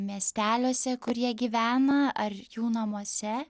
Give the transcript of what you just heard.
miesteliuose kur jie gyvena ar jų namuose